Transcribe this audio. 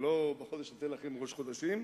ולא ב"החודש הזה לכם ראש חודשים"?